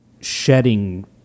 shedding